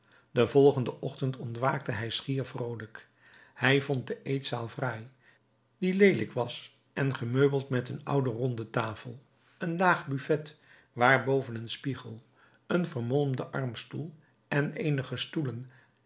den volgenden ochtend ontwaakte hij schier vroolijk hij vond de eetzaal fraai die leelijk was en gemeubeld met een oude ronde tafel een laag buffet waar boven een spiegel een vermolmden armstoel en eenige stoelen